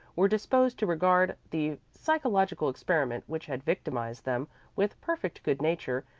were disposed to regard the psychological experiment which had victimized them with perfect good-nature,